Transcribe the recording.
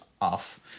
off